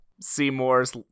Seymour's